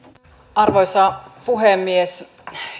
arvoisa puhemies